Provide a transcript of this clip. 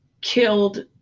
killed